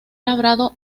labrado